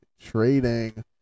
trading